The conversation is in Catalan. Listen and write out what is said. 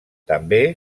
també